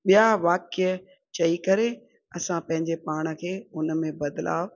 ॿिया वाक्य चई करे असां पंहिंजे पाण खे हुन में बदिलाउ